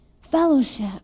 fellowship